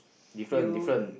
different different